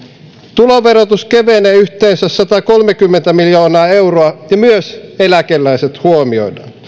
tuloverotus kevenee yhteensä satakolmekymmentä miljoonaa euroa ja myös eläkeläiset huomioidaan